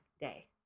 day